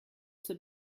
zur